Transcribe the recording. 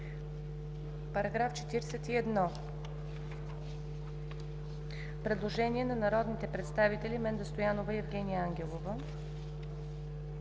По § 41 – предложение на народните представители Менда Стоянова и Евгения Ангелова.